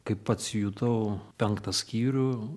kaip pats jutau penktą skyrių